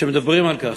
שמדברים על כך.